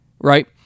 right